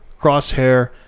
Crosshair